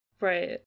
Right